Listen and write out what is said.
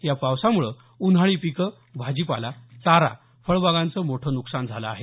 या पावसाम्ळं उन्हाळी पिकं भाजीपाला चारा फळबागांचं मोठं नुकसान झालं आहे